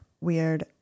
weird